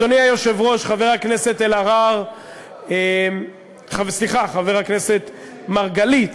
אדוני היושב-ראש, חבר הכנסת מרגלית